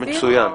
מצוין.